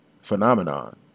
phenomenon